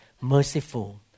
merciful